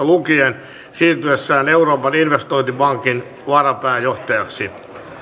lukien siirtyäkseen euroopan investointipankin varapääjohtajaksi